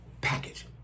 package